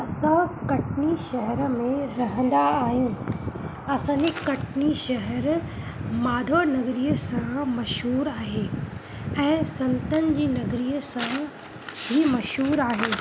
असां कटनी शहर में रहंदा आहियूं असांजी कटनी शहर माधव नगरी सां मशहूरु आहे ऐं संतनि जी नगरीअ सां हीउ मशहूरु आहे